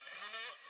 hello.